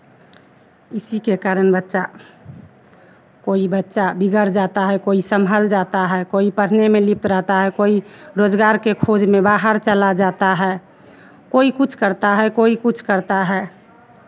इसी के कारण बच्चा कोई बच्चा बिगड़ जाता है कोई संभल जाता है कोई पढ़ने में लिप्त रहता है कोई रोज़गार की खोज में बाहर चला जाता है कोई कुछ करता है कोई कुछ करता है